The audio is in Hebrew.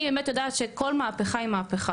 אני, האמת, יודעת שכל מהפכה היא מהפכה.